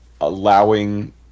allowing